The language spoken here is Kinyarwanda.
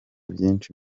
byinshi